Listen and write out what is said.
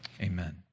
Amen